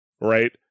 right